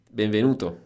benvenuto